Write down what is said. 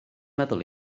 meddwl